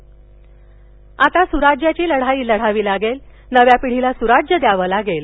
फडणविस आता सुराज्याची लढाई लढावी लागेल नव्या पिढीला सुराज्य द्यावं लागेल